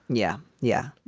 yeah yeah.